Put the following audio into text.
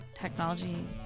technology